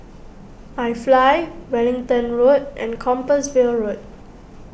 iFly Wellington Road and Compassvale Road